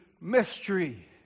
mystery